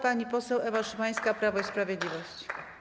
Pani poseł Ewa Szymańska, Prawo i Sprawiedliwość.